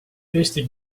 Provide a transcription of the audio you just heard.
eesti